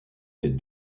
est